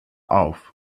auf